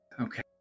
Okay